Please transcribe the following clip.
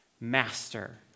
Master